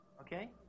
Okay